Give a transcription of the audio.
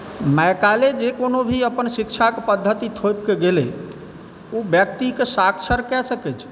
Macaulay जे कोनो भी अपन शिक्षाके पद्धति थोपिकऽ गेलै ओ व्यक्तिके साक्षर कए सकै छी